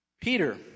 Peter